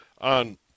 on